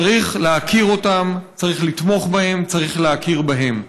צריך להכיר אותם, צריך לתמוך בהם, צריך להכיר בהם.